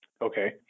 okay